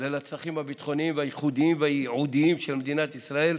ועל הצרכים הביטחוניים והייחודיים והייעודיים של מדינת ישראל,